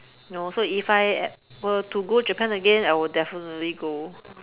no so if I were to go Japan again I will definitely go